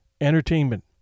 entertainment